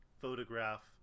Photograph